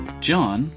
John